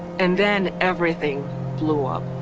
and then everything blew up.